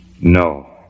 No